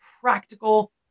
practical